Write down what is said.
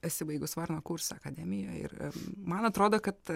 esi baigus varno kursą akademijoj ir man atrodo kad